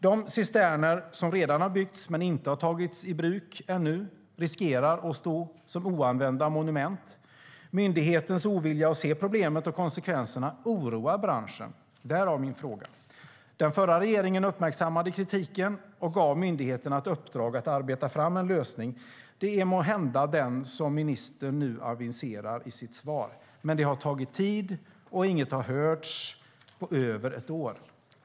De cisterner som redan har byggts men inte har tagits i bruk ännu riskerar att stå som oanvända monument. Myndighetens ovilja att se problemet och konsekvenserna oroar branschen. Det är anledningen till min fråga. Den förra regeringen uppmärksammade kritiken och gav myndigheten i uppdrag att arbeta fram en lösning. Det är måhända den som ministern nu aviserar i sitt svar. Men det har tagit tid, och inget har hörts på över ett år.